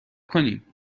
کنیم